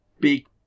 big